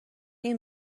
این